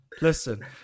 listen